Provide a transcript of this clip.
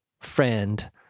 friend